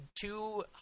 two